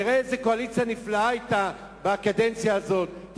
תראה איזו קואליציה נפלאה היתה בקדנציה הזאת.